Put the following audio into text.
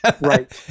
Right